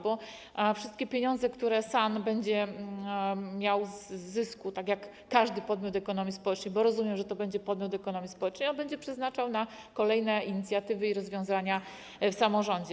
Bo wszystkie pieniądze, które SAN będzie miał z zysku, tak jak każdy podmiot ekonomii społecznej - bo rozumiem, że to będzie podmiot ekonomii społecznej - będzie przeznaczał na kolejne inicjatywy i rozwiązania w samorządzie.